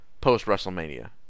post-WrestleMania